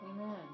Amen